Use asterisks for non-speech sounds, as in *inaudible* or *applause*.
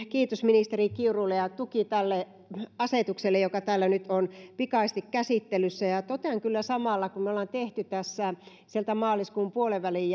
*unintelligible* kiitos ministeri kiurulle ja tuki tälle asetukselle joka täällä nyt on pikaisesti käsittelyssä totean kyllä samalla kun me olemme tässä tehneet sieltä maaliskuun puolenvälin *unintelligible*